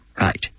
right